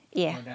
ya